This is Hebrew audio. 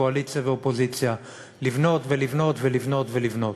קואליציה ואופוזיציה: לבנות ולבנות ולבנות ולבנות.